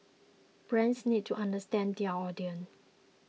brands need to understand their audience